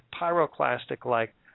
pyroclastic-like